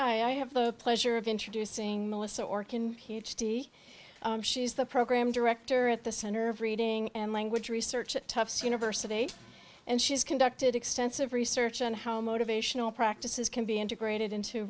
i have the pleasure of introducing melissa orcon she is the program director at the center of reading and language research at tufts university and she has conducted extensive research on how motivational practices can be integrated into